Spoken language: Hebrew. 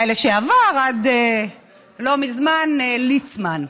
אולי לשעבר עד לא מזמן, ליצמן.